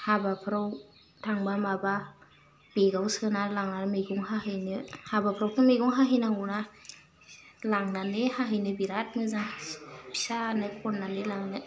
हाबाफ्राव थांबा माबा बेगाव सोना लांनानै मैगं हाहैनो हाबाफ्रावथ' मैगं हाहैनांगौना लांनानै हाहैनो बिराथ मोजां फिसानो खन्नानै लांनो